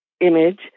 image